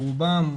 ברובם,